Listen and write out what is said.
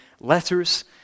letters